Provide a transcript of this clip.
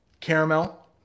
Caramel